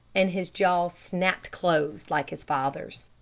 and his jaw snapped close like his father's.